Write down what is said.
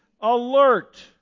alert